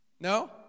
No